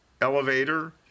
elevator